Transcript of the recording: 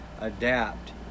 adapt